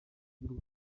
y’u